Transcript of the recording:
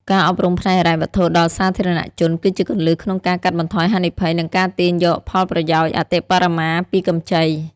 ការអប់រំផ្នែកហិរញ្ញវត្ថុដល់សាធារណជន គឺជាគន្លឹះក្នុងការកាត់បន្ថយហានិភ័យ និងការទាញយកផលប្រយោជន៍អតិបរមាពីកម្ចី។